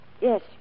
Yes